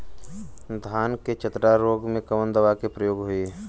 धान के चतरा रोग में कवन दवा के प्रयोग होई?